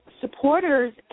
supporters